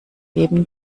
leben